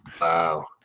Wow